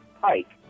Pike